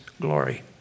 glory